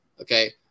Okay